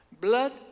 blood